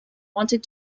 wanted